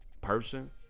person